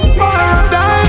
paradise